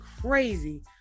crazy